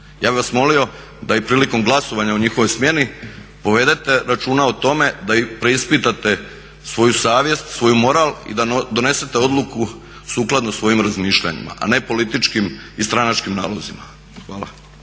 Ja bih vas molio da i prilikom glasovanja o njihovoj smjeni povedete računa o tome da i preispitate svoju savjest, svoj moral i da donesete odluku sukladno svojim razmišljanjima a ne političkim i stranačkim nalozima. Hvala.